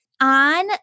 On